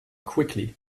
quickly